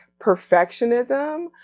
perfectionism